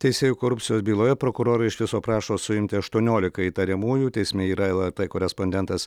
teisėjų korupcijos byloje prokurorai iš viso prašo suimti aštuoniolika įtariamųjų teisme yra lrt korespondentas